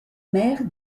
maire